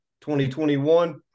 2021